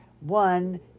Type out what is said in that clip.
One